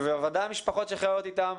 בוודאי המשפחות שחיות אתם,